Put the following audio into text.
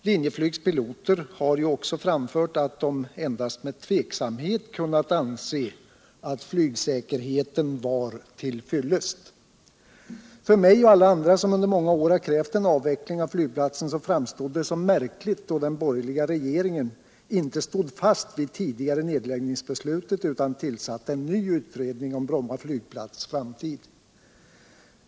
Linjeflygs piloter har ju också framfört att de endast med tveksamhet kunnat anse att flygsäkerheten var till fyllest. För mig och alla andra som under många år har krävt en avveckling av flygplatsen framstod det som märkligt då den borgerliga regeringen inte stod fast vid det tidigare nedläggningsbeslutet utan tillsatte en ny utredning om Bromma flygplats framtid.